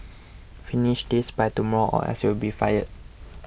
finish this by tomorrow or else you'll be fired